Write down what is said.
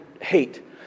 hate